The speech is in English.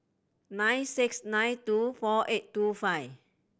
nine six nine two four eight two five